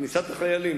כניסת החיילים,